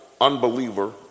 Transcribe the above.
unbeliever